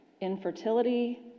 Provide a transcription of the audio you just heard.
infertility